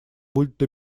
будет